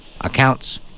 accounts